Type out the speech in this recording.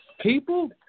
people